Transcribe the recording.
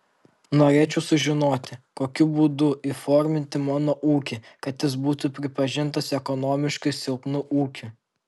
norėčiau sužinoti kokiu būdu įforminti mano ūkį kad jis būtų pripažintas ekonomiškai silpnu ūkiu